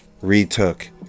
retook